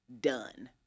done